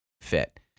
fit